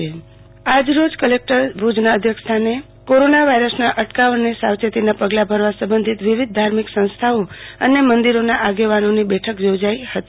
આરતી ભટ મંદિર બંધ કલેકટરશ્રી ભુજના અધ્યક્ષસ્થાને કોરોના વાયરસના અટકાવ અને સાવચેતીના પગલાં ભરવા સબંધિત વિવિધ ધાર્મિક સંસ્થાઓ અને મંદિરોના આગેવાનોની બેઠક યોજાઇ હતી